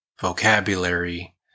vocabulary